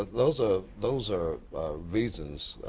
ah those ah those are reasons,